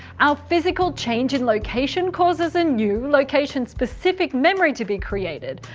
our physical change in location causes a new, location specific memory to be created.